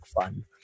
fun